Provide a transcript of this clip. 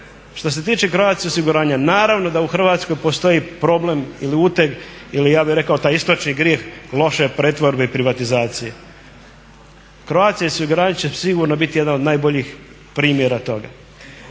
što se tiče Croatia osiguranja naravno da u Hrvatskoj postoji problem ili uteg ili ja bih rekao taj istočni grijeh loše pretvorbe i privatizacije. Croatia osiguranje će sigurno biti jedan od najboljih primjera toga.